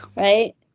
right